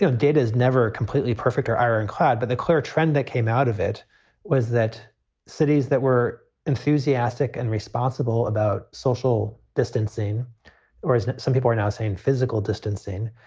so data is never a completely perfect or ironclad, but the clear trend that came out of it was that cities that were enthusiastic and responsible about social distancing or as some people are now saying, physical distancing